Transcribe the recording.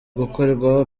gukorwaho